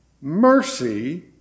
mercy